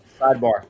Sidebar